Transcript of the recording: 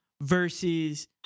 versus